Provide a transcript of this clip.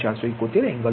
471 angle 175